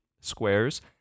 squares